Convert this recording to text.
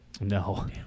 No